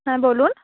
হ্যাঁ বলুন